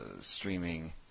streaming